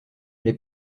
les